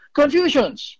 confusions